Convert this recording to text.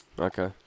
Okay